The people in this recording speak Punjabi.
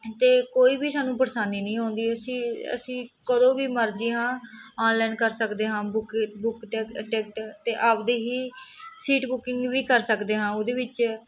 ਅਤੇ ਕੋਈ ਵੀ ਸਾਨੂੰ ਪਰੇਸ਼ਾਨੀ ਨਹੀਂ ਆਉਂਦੀ ਅਸੀਂ ਅਸੀਂ ਕਦੋਂ ਵੀ ਮਰਜ਼ੀ ਹਾਂ ਆਨਲਾਈਨ ਕਰ ਸਕਦੇ ਹਾਂ ਬੁੱਕ ਬੁੱਕ ਟਿਕ ਟਿਕਟ ਅਤੇ ਆਪਦੀ ਹੀ ਸੀਟ ਬੁਕਿੰਗ ਵੀ ਕਰ ਸਕਦੇ ਹਾਂ ਉਹਦੇ ਵਿੱਚ